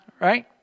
right